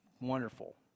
wonderful